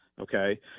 Okay